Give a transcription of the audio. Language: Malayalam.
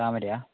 താമരയാണോ